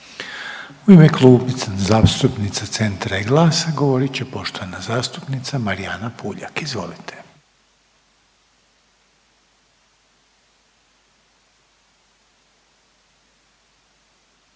U ime Kluba zastupnika HSS-a i RF-a govorit će poštovana zastupnica Katarina Peović. Izvolite.